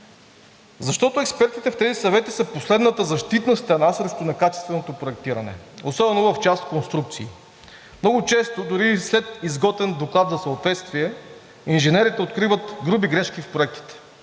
Защото експертите в тези съвети са последната защитна стена срещу некачественото проектиране, особено в част конструкции. Много често дори и след изготвен доклад за съответствие инженерите откриват груби грешки в проектите